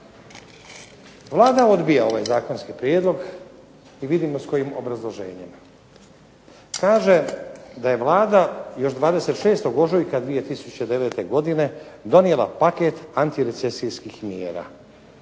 Vlada odbija ovaj zakonski prijedlog i vidimo s kojim obrazloženjem. Kaže da je Vlada još 26. ožujka 2009. godine donijela paket antirecesijskih mjera,